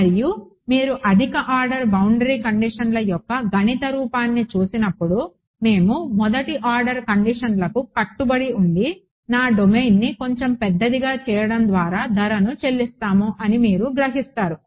మరియు మీరు అధిక ఆర్డర్ బౌండరీ కండిషన్ల యొక్క గణిత రూపాన్ని చూసినప్పుడు మేము 1వ బౌండరీ కండిషన్లకు కట్టుబడి ఉండి నా డొమైన్ను కొంచెం పెద్దదిగా చేయడం ద్వారా ధరను చెల్లిస్తాము అని మీరు గ్రహిస్తారు